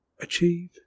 Achieve